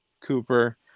Cooper